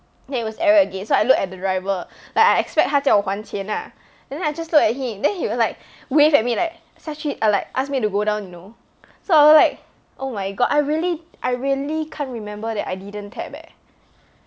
then it was error again so I look at the driver like I expect 他叫我还钱 lah then I just look at him then he was like wave at me like 下去 err like ask me to go down you know so I was like oh my god I really I really can't remember that I didn't tap eh